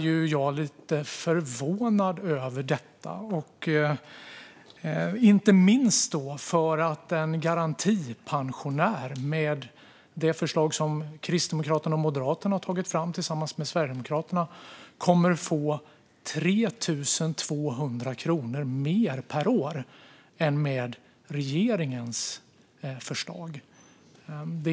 Jag är lite förvånad över detta, inte minst eftersom en garantipensionär med det förslag som Kristdemokraterna och Moderaterna har tagit fram tillsammans med Sverigedemokraterna kommer att få 3 200 kronor mer per år än med regeringens förslag.